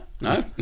no